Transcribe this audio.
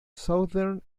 southern